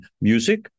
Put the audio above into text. music